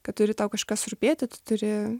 kad turi tau kažkas rūpėti tu turi